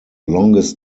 longest